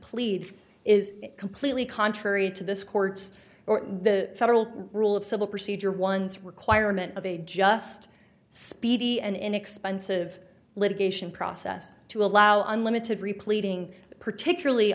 plead is completely contrary to this court's or the federal rule of civil procedure ones requirement of a just speedy and inexpensive litigation process to allow unlimited replating particularly